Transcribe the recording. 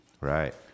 right